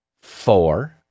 four